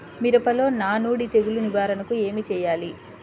మిరపలో నానుడి తెగులు నివారణకు ఏమి చేయాలి?